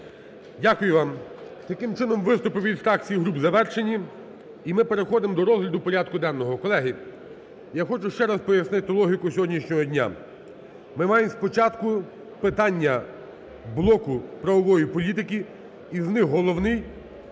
Дякую вам. Таким чином виступи від фракцій і груп завершені, і ми переходимо до розгляду порядку денного. Колеги, я хочу ще раз пояснити логіку сьогоднішнього дня. Ми маємо спочатку питання блоку правової політики і з них головний